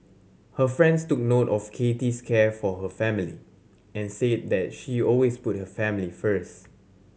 her friends took note of Kathy's care for her family and said that she always put her family first